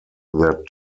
their